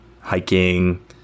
Hiking